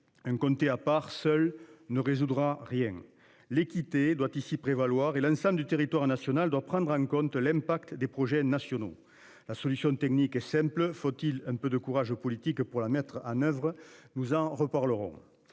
hein à part seule ne résoudra rien l'équité doit ici prévaloir et l'ensemble du territoire national doit prendre en compte l'impact des projets nationaux, la solution technique est simple, faut-il un peu de courage politique pour la mettre à oeuvre nous en reparlerons.